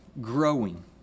growing